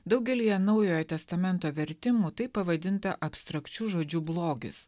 daugelyje naujojo testamento vertimų taip pavadinta abstrakčiu žodžiu blogis